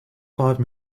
five